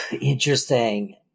Interesting